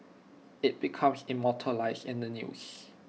IT becomes immortalised in the news